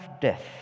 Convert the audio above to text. death